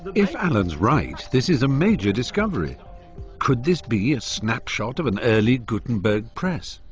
if alan is right, this is a major discovery. could this be a snapshot of an early gutenberg press